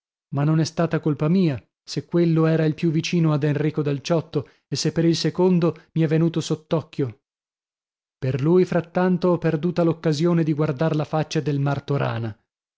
ma non è stata colpa mia se quello era il più vicino ad enrico dal ciotto e se per il secondo mi è venuto sott'occhio per lui frattanto ho perduta l'occasione di guardar la faccia del martorana